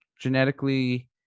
genetically